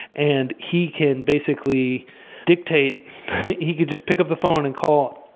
and he can basically dictate he could just pick up the phone and call,